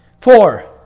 Four